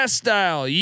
style